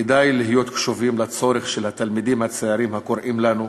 כדאי להיות קשובים לצורך של התלמידים הצעירים הקוראים לנו,